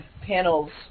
panels